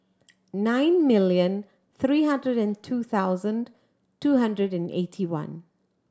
nine million three hundred and two thousand two hundred and eighty one